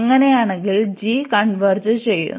അങ്ങനെയാണെങ്കിൽ g converge ചെയ്യുന്നു